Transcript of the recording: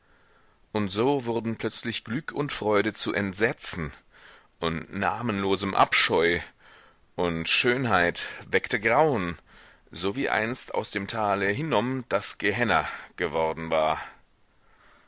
und so wurden plötzlich glück und freude zu entsetzen und namenlosem abscheu und schönheit weckte grauen so wie einst aus dem tale hinnom das gehenna geworden war